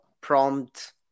prompt